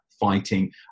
fighting